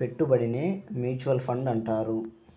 పెట్టుబడినే mutual fund అంటారు